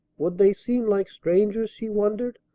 would they seem like strangers, she wondered,